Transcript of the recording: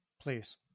please